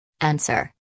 Answer